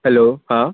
hello हां